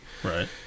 Right